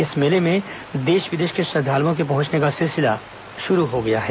इस मेले में देश विदेश के श्रद्धालुओं के पहुंचने का सिलसिला शुरू हो गया है